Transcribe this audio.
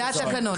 זה התקנון.